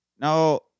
Now